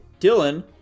Dylan-